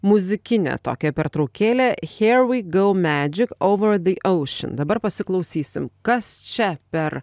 muzikinę tokią pertraukėlę here we go magic over the ocean dabar pasiklausysim kas čia per